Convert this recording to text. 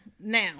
now